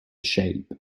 shape